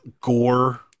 gore